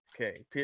Okay